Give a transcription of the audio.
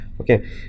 Okay